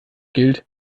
gilt